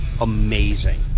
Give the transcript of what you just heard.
amazing